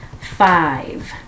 Five